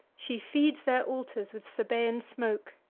she feeds their altars with sabaean smoke,